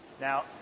Now